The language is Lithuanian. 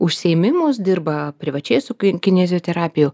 užsiėmimus dirba privačiai su kinioziterapijų